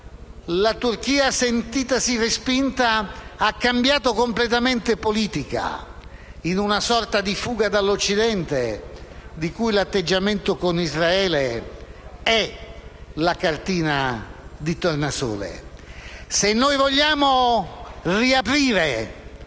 la Turchia, sentitasi respinta, ha cambiato completamente politica in una sorta di fuga dall'Occidente, il cui atteggiamento con Israele è la cartina di tornasole. Se noi vogliamo riaprire